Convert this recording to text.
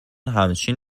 همچین